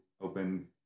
open